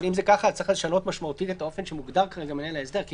אבל אם כך אז צריך לשנות באופן מהותי את האופן שמוגדר כרגע מנהל ההסדר.